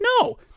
No